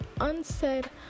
unsaid